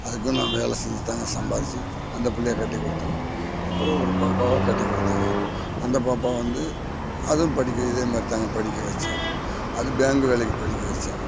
அதுக்கும் நான் வேலை செஞ்சி தாங்க சம்பாரித்து அந்த பிள்ளைய கட்டி கொடுத்தேங்க அப்பறம் ஒரு பாப்பாவை கட்டி கொடுத்தேங்க அந்த பாப்பா வந்து அதுவும் படிக்கும் இதே மாதிரி தாங்க படிக்க வெச்சேன் அது பேங்கு வேலைக்கு படிக்க வச்சேன்